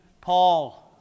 Paul